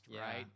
right